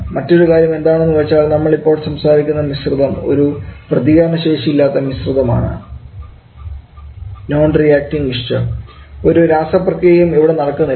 മറ്റൊരു കാര്യം എന്താണെന്ന് വെച്ചാൽ നമ്മൾ ഇപ്പോൾ സംസാരിക്കുന്ന മിശ്രിതം ഒരു പ്രതികരണശേഷിയില്ലാത്ത മിശ്രിതമാണ് ഒരു രാസപ്രക്രിയയും ഇവിടെ നടക്കുന്നില്ല